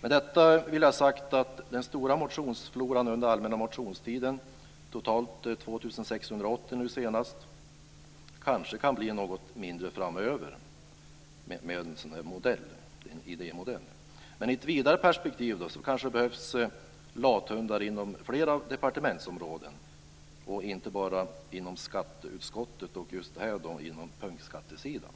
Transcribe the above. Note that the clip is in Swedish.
Med detta vill jag ha sagt att den stora motionsfloran under den allmänna motionstiden, nu senast totalt 2 680 motioner, kanske kan bli något mindre framöver med en sådan här modell. Men i ett vidare perspektiv kanske det behövs lathundar inom flera departementsområden, inte bara när det gäller skatteutskottet och punktskattesidan.